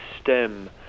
stem